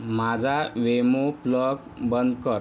माझा Wemo plug बंद कर